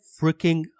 freaking